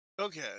Okay